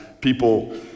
people